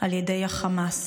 על ידי החמאס,